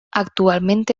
actualmente